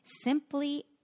simply